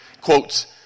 Quotes